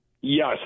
Yes